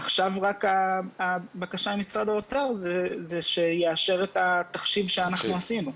עכשיו הבקשה ממשרד האוצר היא שיאשר את התחשיב שעשינו.